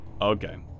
Okay